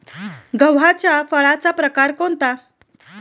गव्हाच्या फळाचा प्रकार कोणता?